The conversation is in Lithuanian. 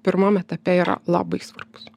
pirmam etape yra labai svarbus